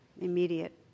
immediate